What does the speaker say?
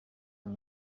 him